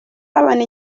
babona